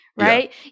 Right